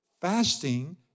Fasting